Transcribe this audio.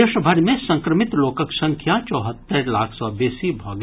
देशभरि मे संक्रमित लोकक संख्या चौहत्तरि लाख सँ बेसी भऽ गेल